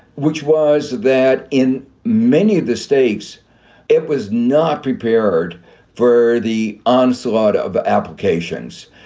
which was that in many of the states it was not prepared for the onslaught of applications.